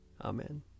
Amen